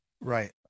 right